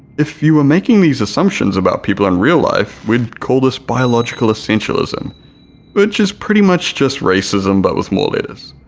if you were making these assumptions about people in real life we'd call this biological essentialism which is pretty much just racism but with more letters.